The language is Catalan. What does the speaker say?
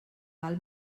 val